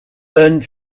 learned